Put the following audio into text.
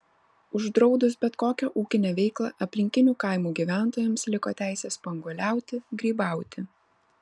uždraudus bet kokią ūkinę veiklą aplinkinių kaimų gyventojams liko teisė spanguoliauti grybauti